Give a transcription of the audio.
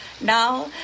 Now